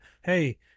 hey